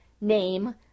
Name